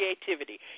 creativity